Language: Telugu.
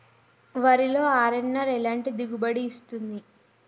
వరిలో అర్.ఎన్.ఆర్ ఎలాంటి దిగుబడి ఇస్తుంది?